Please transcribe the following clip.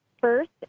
first